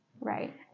Right